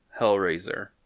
Hellraiser